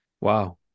Wow